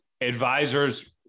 advisors